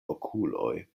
okuloj